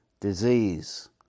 disease